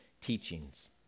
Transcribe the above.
teachings